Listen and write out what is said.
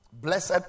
Blessed